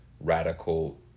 radical